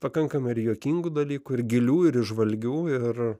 pakankamai ir juokingų dalykų ir gilių ir įžvalgių ir